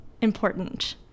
important